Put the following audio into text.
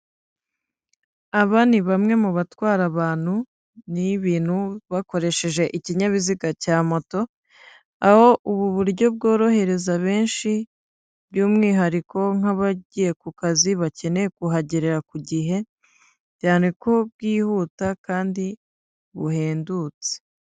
Aba ni bamwe mu batwara abantu n'ibintu bakoresheje ikinyabiziga cya moto, aho ubu buryo bworohereza benshi by'umwihariko nk'abagiye ku kazi bakeneye kuhagerera ku gihe cyane ko bwihuta kandi buhendutse.